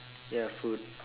ya food